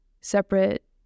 separate